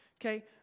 okay